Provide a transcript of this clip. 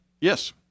Yes